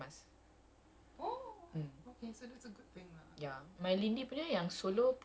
then that one uh because you maintain two meters tak payah pakai mask